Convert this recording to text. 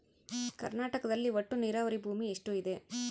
ಕರ್ನಾಟಕದಲ್ಲಿ ಒಟ್ಟು ನೇರಾವರಿ ಭೂಮಿ ಎಷ್ಟು ಇದೆ?